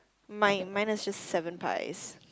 mine mine is just seven pies